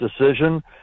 decision